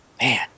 Man